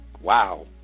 wow